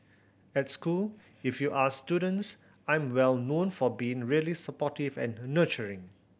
at school if you ask students I'm well known for being really supportive and nurturing